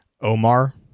Omar